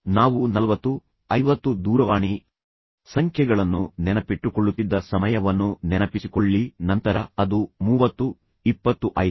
ನಾವು 40 50 ದೂರವಾಣಿ ಸಂಖ್ಯೆಗಳನ್ನು ನೆನಪಿಟ್ಟುಕೊಳ್ಳುತ್ತಿದ್ದ ಸಮಯವನ್ನು ನೆನಪಿಸಿಕೊಳ್ಳಿ ನಂತರ ಅದು 30 20 ಆಯಿತು